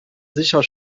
sicher